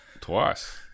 twice